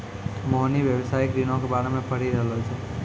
मोहिनी व्यवसायिक ऋणो के बारे मे पढ़ि रहलो छै